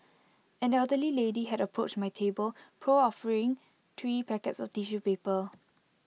an elderly lady had approached my table proffering three packets of tissue paper